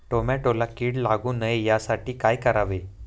टोमॅटोला कीड लागू नये यासाठी काय करावे?